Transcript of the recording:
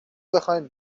بخواین